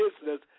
business